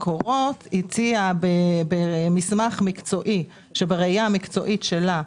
מקורות הציעה במסמך מקצועי שבראייה המקצועית שלה,